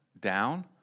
down